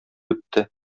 үтте